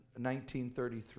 1933